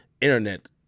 internet